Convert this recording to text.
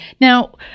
Now